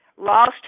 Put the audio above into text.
lost